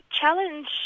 challenge